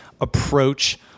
approach